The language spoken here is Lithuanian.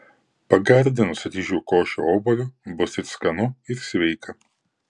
pagardinus ryžių košę obuoliu bus ir skanu ir sveika